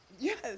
Yes